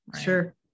Sure